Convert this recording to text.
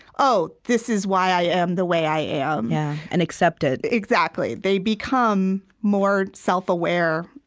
oh, this is why i am the way i am yeah, and accept it exactly. they become more self-aware,